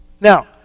Now